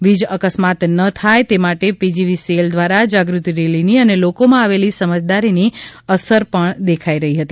વીજ અકસ્માત ન થાય તે માટે પીજીવીસીએલ દ્વારા જાગૃતિ રેલીની અને લોકોમાં આવેલી સમજદારીની અસર દેખાઇ હતી